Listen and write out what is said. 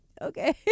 okay